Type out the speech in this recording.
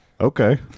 Okay